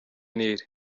nil